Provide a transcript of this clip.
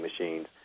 machines